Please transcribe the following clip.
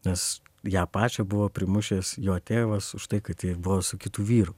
nes ją pačią buvo primušęs jo tėvas už tai kad ji buvo su kitu vyru